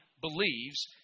believes